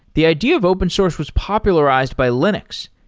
the idea of open source was popularized by linux,